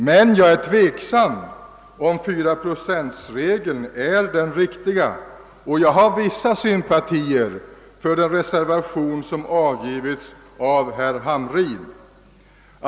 Men jag är tveksam huruvida fyraprocentregeln är den riktiga, och jag hyser vissa sympatier för den reservation som avgivits av herr Hamrin i Jönköping.